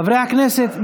חברי הכנסת,